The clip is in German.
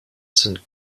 sind